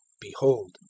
behold